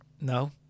No